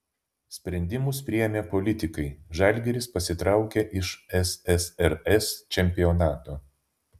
sprendimus priėmė politikai žalgiris pasitraukė iš ssrs čempionato